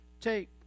take